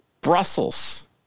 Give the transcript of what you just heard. Brussels